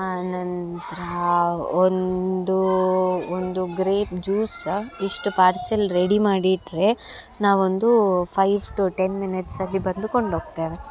ಆನಂತರ ಒಂದು ಒಂದು ಗ್ರೇಪ್ ಜ್ಯೂಸ್ ಇಷ್ಟು ಪಾರ್ಸೆಲ್ ರೆಡಿ ಮಾಡಿ ಇಟ್ಟರೆ ನಾವೊಂದು ಫೈವ್ ಟು ಟೆನ್ ಮಿನಿಟ್ಸ್ ಅಲ್ಲಿ ಬಂದು ಕೊಂಡ್ಹೋಗ್ತೇವೆ